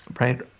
Right